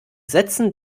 sätzen